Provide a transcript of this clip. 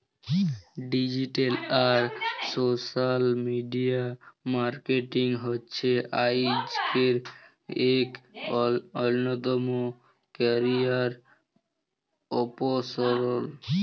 digital আর social media marketing হছে আইজকের ইক অল্যতম ক্যারিয়ার অপসল